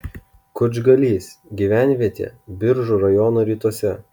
kučgalys gyvenvietė biržų rajono rytuose